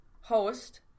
host